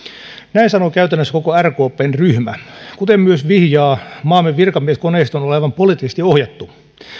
näin sanoo käytännössä koko rkpn ryhmä kuten myös vihjaa maamme virkamieskoneiston olevan poliittisesti ohjattu